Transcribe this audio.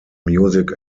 music